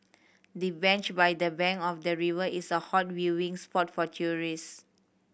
the bench by the bank of the river is a hot viewing spot for tourists